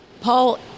Paul